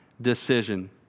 decision